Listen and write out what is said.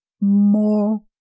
more